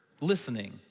listening